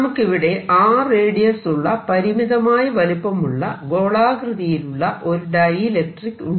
നമുക്കിവിടെ R radius ഉള്ള പരിമിതമായ വലുപ്പമുള്ള ഗോളാകൃതിയിലുള്ള ഒരു ഡൈഇലക്ട്രിക്ക് ഉണ്ട്